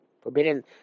forbidden